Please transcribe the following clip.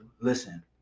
listen